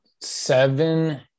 seven